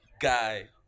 guy